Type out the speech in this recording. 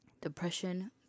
Depression